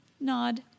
nod